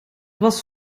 was